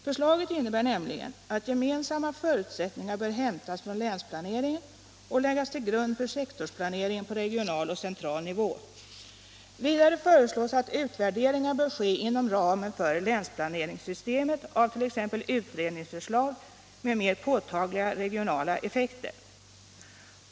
Förslaget innebär nämligen att gemensamma förutsättningar bör hämtas från länsplaneringen och läggas till grund för sektorsplaneringen på regional och central nivå. Vidare föreslås att utvärderingar bör ske inom ramen för länsplaneringssystemet av t.ex. utredningsförslag med mer påtagliga regionala effekter.